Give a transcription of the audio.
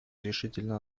решительно